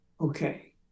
okay